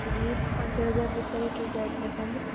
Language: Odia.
ଏଇ ପାଞ୍ଚ ହଜାର ଭିତରେ କୀ ପ୍ୟାଡ଼୍ ଦେଖାନ୍ତୁ